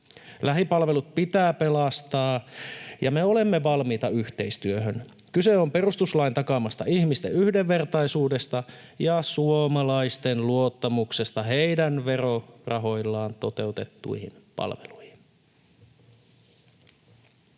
Lähipalvelut pitää pelastaa, ja me olemme valmiita yhteistyöhön. Kyse on perustuslain takaamasta ihmisten yhdenvertaisuudesta ja suomalaisten luottamuksesta heidän verorahoillaan toteutettuihin palveluihin.